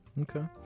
Okay